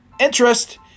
interest